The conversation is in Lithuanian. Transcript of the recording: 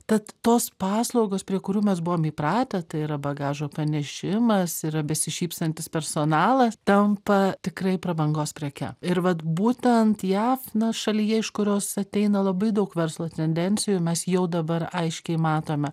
tad tos paslaugos prie kurių mes buvom įpratę tai yra bagažo pranešimas yra besišypsantis personalas tampa tikrai prabangos preke ir vat būtent jav na šalyje iš kurios ateina labai daug verslo tendencijų mes jau dabar aiškiai matome